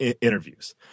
interviews